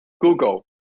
Google